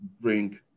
bring